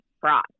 fraud